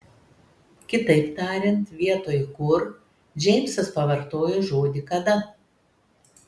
kitaip tariant vietoj kur džeimsas pavartojo žodį kada